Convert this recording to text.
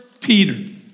Peter